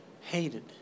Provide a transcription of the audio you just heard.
hated